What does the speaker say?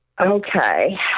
Okay